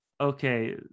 okay